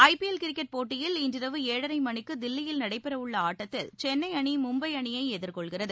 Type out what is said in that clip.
ஐ PL cricket போட்டியில் இன்றிரவு ஏழரைமணிக்குதில்லியில் நடைபெறஉள்ளஆட்டத்தில் சென்னைஅணி மும்பை அணியைஎதிர்கொள்கிறது